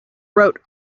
wrote